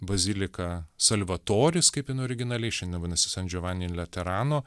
bazilika salvatoris kaip jinai originaliai šiandien jinai vadinasi san džiovani in laterano